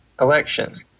election